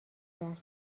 کرد